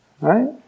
Right